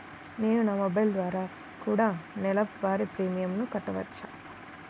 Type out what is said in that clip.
నేను నా మొబైల్ ద్వారా కూడ నెల వారి ప్రీమియంను కట్టావచ్చా?